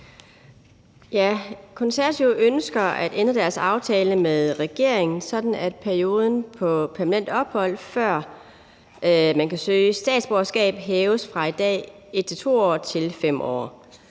Konservative ønsker at ende deres aftale med regeringen, sådan at perioden for permanent ophold, før man kan søge statsborgerskab, hæves fra i dag 1-2 år til 5 år.